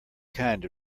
kind